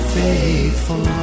faithful